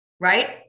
right